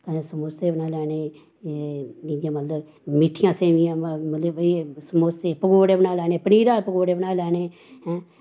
कदें समोसे बनाई लैने ते इयै मतलव मिट्ठियां सेवियां मतलव एह् समोसे पकौड़े बनाई लैने पनीर आह्ले पकौड़े बनाई लैने हैं